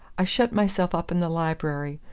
i shut myself up in the library,